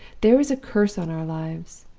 there is a curse on our lives!